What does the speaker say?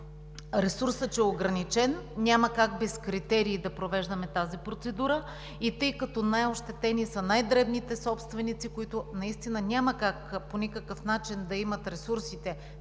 ресурса, че е ограничен. Няма как без критерии да провеждаме тази процедура. И тъй като най-ощетени са най-дребните собственици, които наистина няма как, по никакъв начин да имат ресурсите